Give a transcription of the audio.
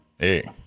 Hey